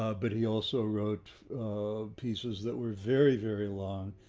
ah but he also wrote pieces that were very, very long.